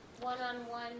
one-on-one